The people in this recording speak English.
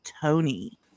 Tony